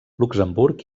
luxemburg